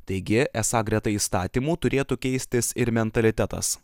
taigi esą greta įstatymų turėtų keistis ir mentalitetas